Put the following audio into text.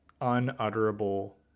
unutterable